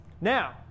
Now